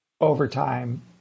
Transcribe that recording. overtime